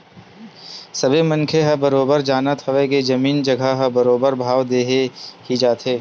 सबे मनखे ह बरोबर जानत हवय के जमीन जघा ह बरोबर भाव देके ही जाथे